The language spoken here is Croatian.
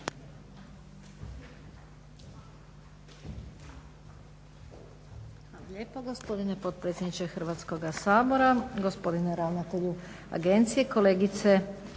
Hvala